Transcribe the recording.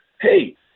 hey